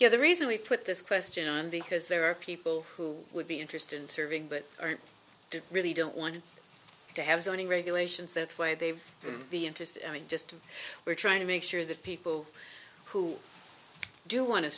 you're the reason we put this question on because there are people who would be interested in serving but aren't really don't want to have zoning regulations that's why they be interested i mean just we're trying to make sure that people who do want to